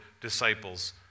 disciples